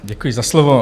Děkuji za slovo.